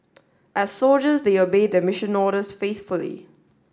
as soldiers they obeyed their mission orders faithfully